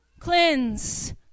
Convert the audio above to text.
Cleanse